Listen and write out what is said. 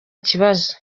kibazo